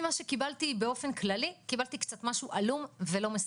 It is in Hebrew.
ממה שקיבלתי באופן כללי - קיבלתי קצת משהו עלום ולא מספק.